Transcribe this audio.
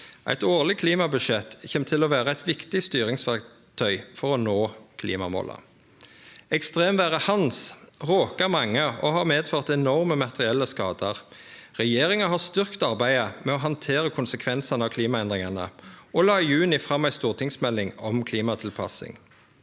Eit årleg klimabudsjett kjem til å vere eit viktig styringsverktøy for å nå klimamåla. Ekstremvêret «Hans» råka mange og har medført enorme materielle skadar. Regjeringa har styrkt arbeidet med å handtere konsekvensane av klimaendringane og la i juni fram ei stortingsmelding om klimatilpassing.